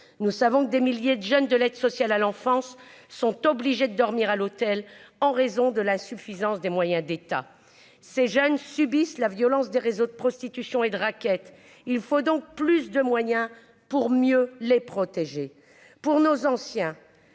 nous savons que des milliers de jeunes de l'aide sociale à l'enfance sont obligés de dormir à l'hôtel, en raison de la suffisance des moyens d'État ces jeunes subissent la violence des réseaux de prostitution et de raquette, il faut donc plus de moyens pour mieux les protéger pour nos anciens,